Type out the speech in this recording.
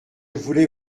voulais